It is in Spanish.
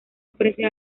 ofrece